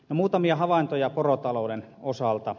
muutamia havaintoja porotalouden osalta